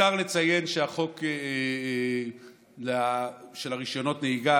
מיותר לציין שהחוק של רישיונות הנהיגה,